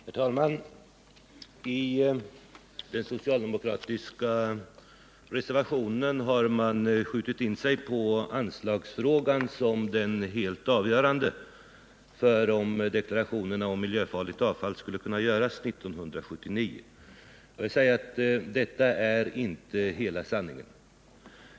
Herr talman! I den socialdemokratiska reservationen har man skjutit in sig på anslagsfrågan som den helt avgörande för om deklarationen rörande miljöfarligt avfall skulle ha kunnat avges 1979. Detta är inte hela sanningen.